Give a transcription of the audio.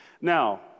Now